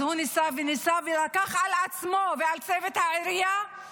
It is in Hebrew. ולא מבחינת איך מקבלים את